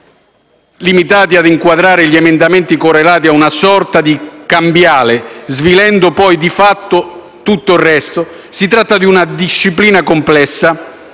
limitati ad inquadrare gli emendamenti correlati ad una sorta di cambiale, svilendo poi di fatto tutto il resto, si tratta di una disciplina complessa,